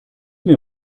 mir